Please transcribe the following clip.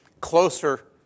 closer